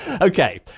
Okay